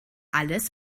alles